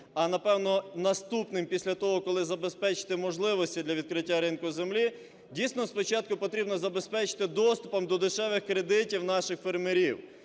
а, напевно, наступним після того, коли забезпечити можливості для відкриття ринку землі, дійсно, спочатку потрібно забезпечити доступом до дешевих кредитів наших фермерів.